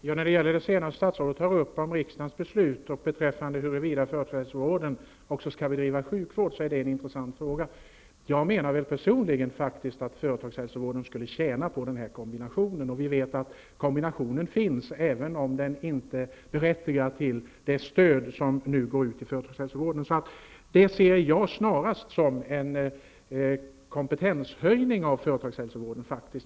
Fru talman! Frågan om tidigare riksdagsbeslut och huruvida företagshälsovården också skall bedriva sjukvård är intressant. Jag menar att företagshälsovården skulle tjäna på denna kombination. Vi vet att kombinationen finns, även om den inte är berättigad till det stöd som nu går ut till företagshälsovården. Jag ser det snarare som en kompetenshöjning av företagshälsovården.